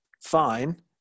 fine